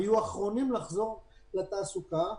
ויהיו אחרונים לחזור לתעסוקה.